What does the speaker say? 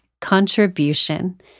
contribution